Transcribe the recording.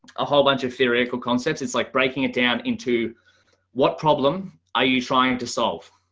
a whole bunch of t eoretical concepts. it's like b eaking it down into what p oblem are you trying to solve?